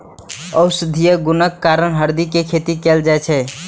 औषधीय गुणक कारण हरदि के खेती कैल जाइ छै